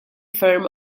ferm